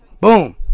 Boom